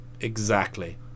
Exactly